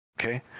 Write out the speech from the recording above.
okay